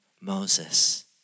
Moses